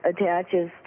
attaches